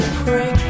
pray